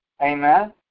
Amen